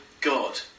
God